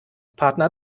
partner